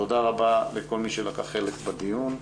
תודה רבה לכל מי שלקח חלק בדיון.